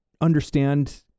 understand